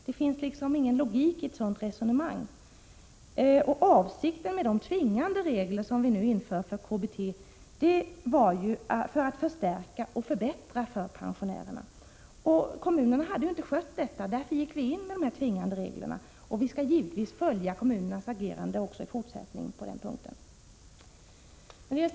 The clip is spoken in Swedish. Det finns ingen logik i ett sådant resonemang. Avsikten med de tvingande regler som vi nu inför när det gäller KBT är att förbättra för pensionärerna. Kommunerna hade inte skött sig på den punkten, och det var därför vi gick in med de tvingande reglerna. Vi skall givetvis följa kommunernas agerande i fortsättningen på den punkten.